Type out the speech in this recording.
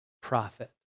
profit